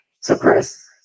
suppress